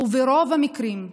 וברוב המקרים,